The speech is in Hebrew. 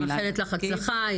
מאחלת לך הצלחה.